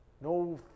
No